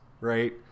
right